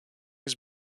has